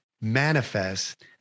manifest